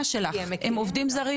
עם עובדים זרים